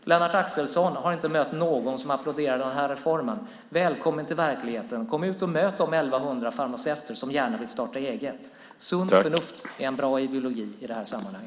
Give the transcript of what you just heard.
Lennart Axelsson har inte mött någon som applåderar reformen. Välkommen till verkligheten! Kom ut och möt de 1 100 farmaceuter som gärna vill starta eget. Sunt förnuft är en bra ideologi i detta sammanhang.